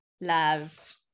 love